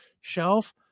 shelf